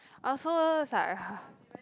also